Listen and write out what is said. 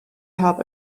help